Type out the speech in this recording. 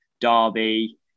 Derby